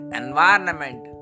environment